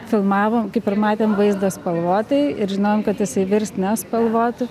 filmavom kaip ir matėm vaizdą spalvotai ir žinojom kad jisai virs nespalvotu